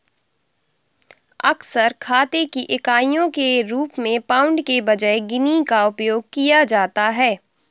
अक्सर खाते की इकाइयों के रूप में पाउंड के बजाय गिनी का उपयोग किया जाता है